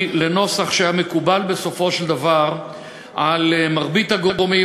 לנוסח שהיה מקובל בסופו של דבר על מרבית הגורמים,